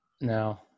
No